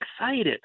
excited